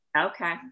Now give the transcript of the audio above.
Okay